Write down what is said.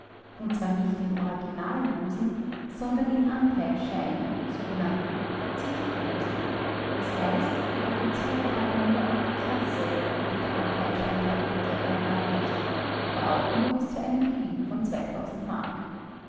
und zwar nicht in originallosen sondern dern in anteilscheinen sogenannten verzichtlosen das heißt die offiziere hatten nur auf die klasse auf die der anteilschein lautete ein anrecht aber auch nur bis zu einem gewinn von mark